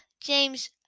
James